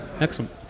Excellent